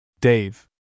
Dave